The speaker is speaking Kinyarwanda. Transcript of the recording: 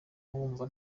wumva